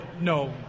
no